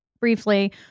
briefly